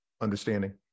understanding